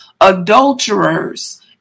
adulterers